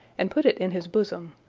and put it in his bosom.